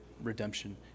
Redemption